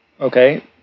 okay